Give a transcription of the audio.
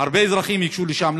הרבה אזרחים ייגשו לשם,